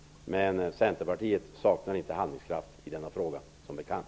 Men Centerpartiet saknar inte handlingskraft i denna fråga, som bekant.